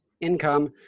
income